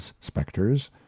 specters